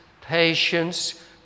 patience